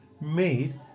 made